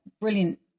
brilliant